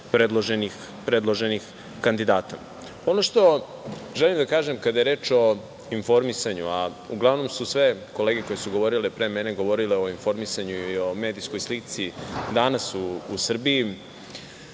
predloženih kandidata. Ono što želim da kažem, kada je reč o informisanju, a uglavnom su sve kolege koje su govorile pre mene govorile o informisanju i o medijskoj slici danas u Srbiji,